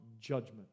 judgment